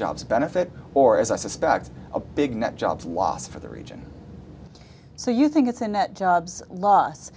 jobs benefit or as i suspect a big net job loss for the region so you think it's a net jobs loss